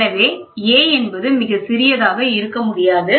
எனவே a என்பது மிகச் சிறியதாக இருக்க முடியாது